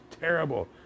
terrible